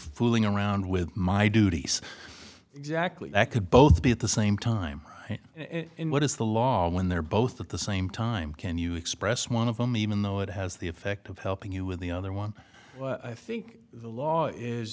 fooling around with my duties exactly that could both be at the same time in what is the law when they're both at the same time can you express one of them even though it has the effect of helping you with the other one i think the law is